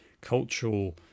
cultural